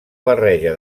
barreja